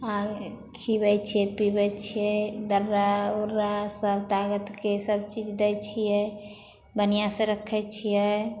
आ खीअबै छियै पीअबै छियै दर्रा उर्रा सब ताकतके सब चीज दै छियै बढ़िऑं से रखै छियै